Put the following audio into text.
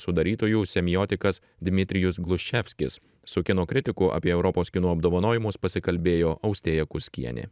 sudarytojų semiotikas dmitrijus gluščevskis su kino kritiku apie europos kino apdovanojimus pasikalbėjo austėja kuskienė